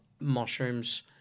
mushrooms